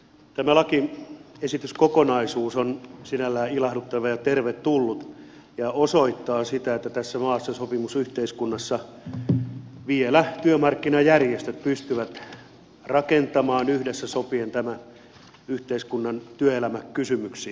tämä lakiesityskokonaisuus on sinällään ilahduttava ja tervetullut ja osoittaa sitä että tässä maassa sopimusyhteiskunnassa vielä työmarkkinajärjestöt pystyvät rakentamaan yhdessä sopien tämän yhteiskunnan työelämäkysymyksiä